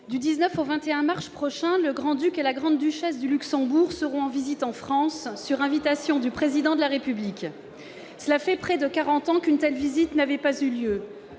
Du 19 au 21 mars prochains, le Grand-Duc et la Grande-Duchesse de Luxembourg seront en visite en France, sur invitation du Président de la République. Cela fait près de quarante ans qu'une telle visite n'avait pas eu lieu.